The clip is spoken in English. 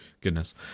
Goodness